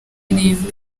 indirimbo